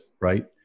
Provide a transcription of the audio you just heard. right